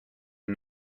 and